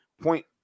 Point